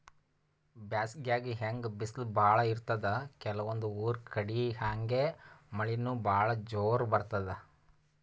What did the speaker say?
ಬ್ಯಾಸ್ಗ್ಯಾಗ್ ಹೆಂಗ್ ಬಿಸ್ಲ್ ಭಾಳ್ ಇರ್ತದ್ ಕೆಲವಂದ್ ಊರ್ ಕಡಿ ಹಂಗೆ ಮಳಿನೂ ಭಾಳ್ ಜೋರ್ ಬರ್ತದ್